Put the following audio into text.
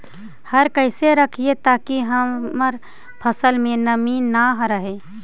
हम कैसे रखिये ताकी हमर फ़सल में नमी न रहै?